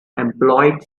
employed